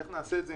איך נעשה את זה,